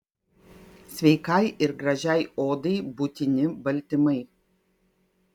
sveikai ir gražiai odai būtini baltymai